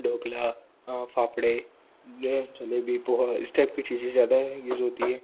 ढोकला फाफड़े जो है जलेबी पोहा इस टाइप कि चीज़ें ज़्यादा यूज होती हैं